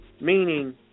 Meaning